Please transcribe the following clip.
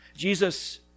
Jesus